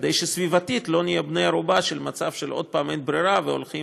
כדי שסביבתית לא נהיה בני ערובה של מצב של עוד פעם אין ברירה והולכים